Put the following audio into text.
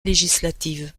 législative